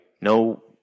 No